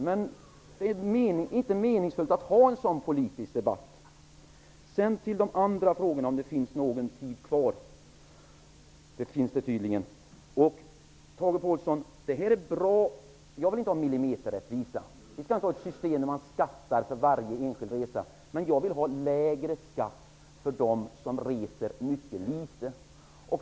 Men det är inte meningsfullt med en sådan politisk debatt. Jag är inte ute efter millimeterrättvisa, Tage Påhlsson. Vi skall inte eftersträva ett system där man skattar för varje enskild resa. Men jag vill att de som reser litet skall få lägre skatt.